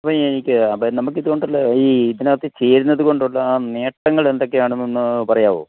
അപ്പം എനിക്ക് അപ്പം നമുക്ക് ഇതുകൊണ്ട് ഉള്ള ഈ ഇതിനകത്ത് ചേരുന്നത് കൊണ്ടുള്ള ആ നേട്ടങ്ങൾ എന്തൊക്കെയാണെന്ന് ഒന്ന് പറയാമോ